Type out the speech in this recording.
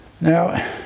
Now